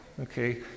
Okay